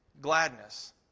gladness